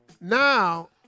now